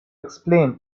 explain